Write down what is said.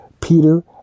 Peter